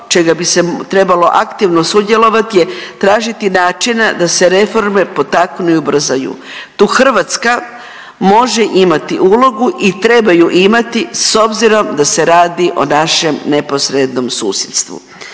čega bi se trebalo aktivno sudjelovati je tražiti načina da se reforme potaknu i ubrzaju. Tu Hrvatska može imati ulogu i treba ju imati s obzirom da se radi o našem neposrednom susjedstvu.